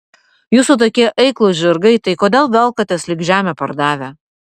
jūsų tokie eiklūs žirgai tai kodėl velkatės lyg žemę pardavę